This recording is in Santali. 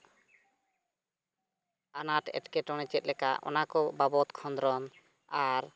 ᱟᱱᱟᱴ ᱮᱴᱠᱮᱴᱚᱬᱮ ᱪᱮᱫᱞᱮᱠᱟ ᱚᱱᱟ ᱠᱚ ᱵᱟᱵᱚᱫ ᱠᱷᱚᱸᱫᱽᱨᱚᱱ ᱟᱨ